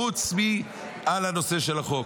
חוץ מעל הנושא של החוק.